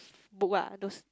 book lah those